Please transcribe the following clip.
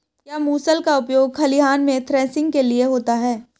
क्या मूसल का उपयोग खलिहान में थ्रेसिंग के लिए होता है?